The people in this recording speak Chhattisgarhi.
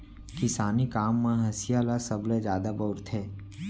किसानी काम म हँसिया ल सबले जादा बउरथे